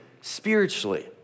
spiritually